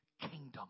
kingdom